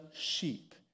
sheep